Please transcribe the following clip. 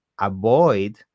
avoid